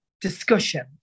discussion